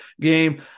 game